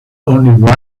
only